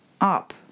up